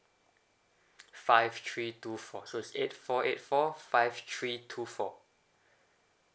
five three two four so is eight four eight four five three two four